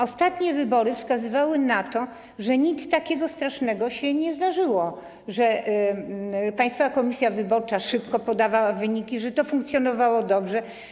Ostatnie wybory wskazywały na to, że nic takiego strasznego się nie zdarzyło, że Państwowa Komisja Wyborcza szybko podawała wyniki, że to funkcjonowało dobrze.